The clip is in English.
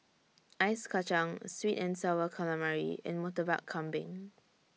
Ice Kachang Sweet and Sour Calamari and Murtabak Kambing